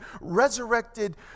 resurrected